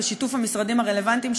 בשיתוף המשרדים הרלוונטיים,